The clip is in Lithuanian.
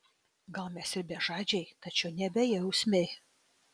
gal mes ir bežadžiai tačiau ne bejausmiai